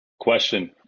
Question